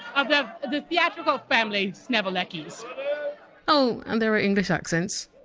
of the the theatrical family sneverleckys oh and the english accents.